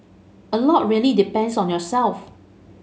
a lot really depends on yourself